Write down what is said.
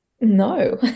No